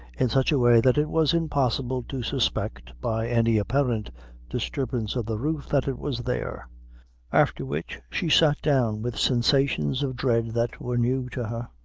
in such a way that it was impossible to suspect, by any apparent disturbance of the roof, that it was there after which, she sat down with sensations of dread that were new to her,